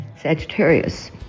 Sagittarius